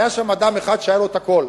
היה שם אדם אחד שהיה לו הכול.